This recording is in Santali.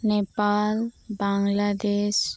ᱱᱮᱯᱟᱞ ᱵᱟᱝᱞᱟᱫᱮᱥ